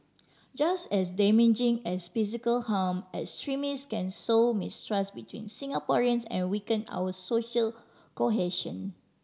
just as damaging as physical harm extremists can sow mistrust between Singaporeans and weaken our social cohesion